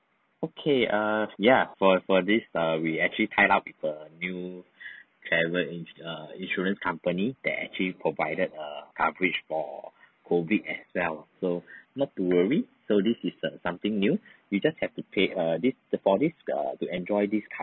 okay err ya for for this err we actually tied up a new travel ins~ err insurance company that actually provided err coverage for COVID as well so not to worry so this is the something new you just have to pay err this for this err to enjoy this